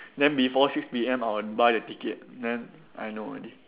then before six P_M I will buy the ticket then I know already